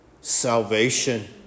salvation